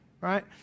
right